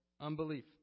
unbelief